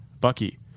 Bucky